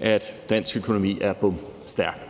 at dansk økonomi er bomstærk.